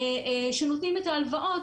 שנותנים את ההלוואות,